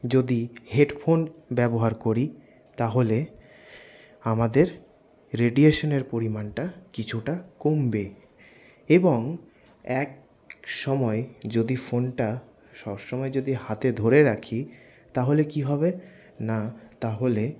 যদি হেডফোন ব্যবহার করি তাহলে আমাদের রেডিয়েশনের পরিমাণটা কিছুটা কমবে এবং একসময় যদি ফোনটা সবসময় যদি হাতে ধরে রাখি তাহলে কি হবে না তাহলে